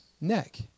neck